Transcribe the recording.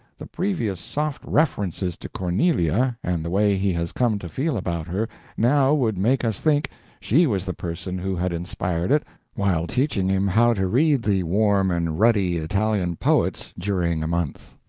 the previous soft references to cornelia and the way he has come to feel about her now would make us think she was the person who had inspired it while teaching him how to read the warm and ruddy italian poets during a month.